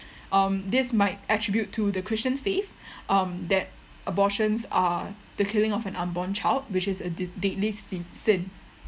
um this might attribute to the christian faith um that abortions are the killing of an unborn child which is a de~ deadly sin sin